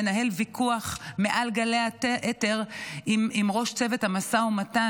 מנהל ויכוח מעל גלי האתר עם ראש צוות המשא ומתן,